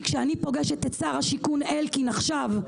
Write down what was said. כי כשאני פוגשת את שר השיכון אלקין עכשיו,